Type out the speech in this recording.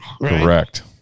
Correct